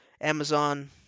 Amazon